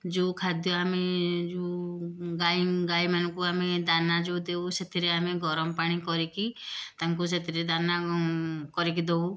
ଯେଉଁ ଖାଦ୍ୟ ଆମେ ଯୋଉ ଗାଈ ଗାଈମାନଙ୍କୁ ଆମେ ଦାନା ଯେଉଁ ଦେଉ ସେଥିରେ ଆମେ ଗରମ ପାଣି କରିକି ତାଙ୍କୁ ସେଥିରେ ଦାନା କରିକି ଦେଉ